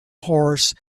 horse